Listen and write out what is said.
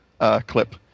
clip